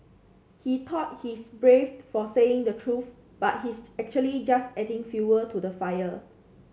he thought he's brave for saying the truth but he's actually just adding fuel to the fire